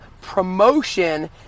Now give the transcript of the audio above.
promotion